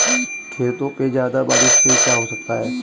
खेतों पे ज्यादा बारिश से क्या हो सकता है?